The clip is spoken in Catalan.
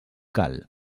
cal